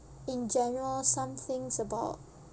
in general some things about